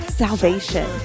salvation